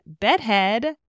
Bedhead